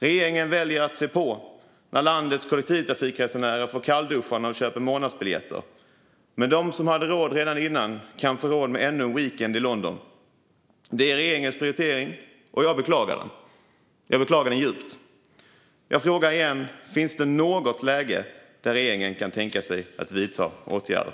Regeringen väljer att se på när landets kollektivtrafikresenärer får kallduschar när de köper månadsbiljetter. Men de som hade råd redan tidigare kan få råd med ännu en weekend i London. Det är regeringens prioritering, och jag beklagar den djupt. Jag frågar igen: Finns det något läge där regeringen kan tänka sig att vidta åtgärder?